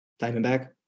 Diamondback